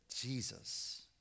Jesus